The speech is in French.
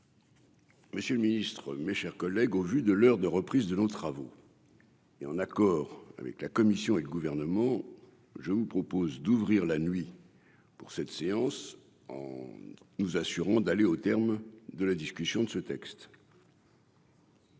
Monsieur le Ministre, mes chers collègues, au vu de l'heure de reprise de nos travaux. Et en accord avec la Commission et le gouvernement, je vous propose d'ouvrir la nuit pour cette séance en nous assurant d'aller au terme de la discussion de ce texte.